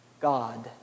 God